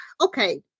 okay